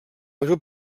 major